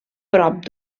prop